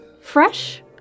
fresh